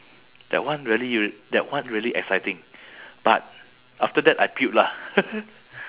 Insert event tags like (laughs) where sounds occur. that one really r~ that one really exciting but after that I puke lah (laughs)